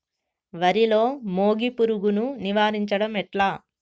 వరిలో మోగి పురుగును నివారించడం ఎట్లా?